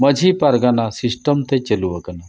ᱢᱟᱹᱡᱷᱤ ᱯᱟᱨᱜᱟᱱᱟ ᱥᱤᱥᱴᱮᱢ ᱛᱮ ᱪᱟᱹᱞᱩᱣ ᱟᱠᱟᱱᱟ